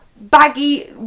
baggy